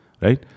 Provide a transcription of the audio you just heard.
Right